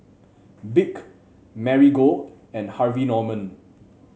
BIC Marigold and Harvey Norman